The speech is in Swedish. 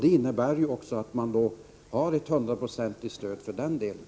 Det innebär också att man har ett hundraprocentigt stöd för den delen.